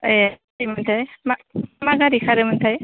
ए माबोरैमोनथाय मा मा गारि खारोमोनथाय